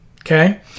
Okay